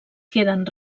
queden